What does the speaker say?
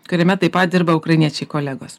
kuriame taip pat dirba ukrainiečiai kolegos